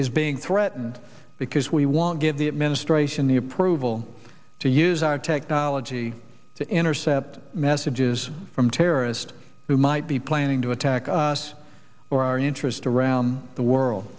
being threatened because we won't give the administration the approval to use our technology to intercept messages from terrorist who might be planning to attack us or our interests around the world